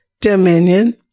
dominion